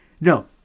No